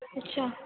अच्छा